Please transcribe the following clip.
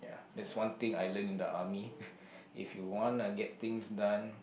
ya that's one thing I learn in the army if you want to get things done